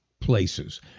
places